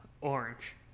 orange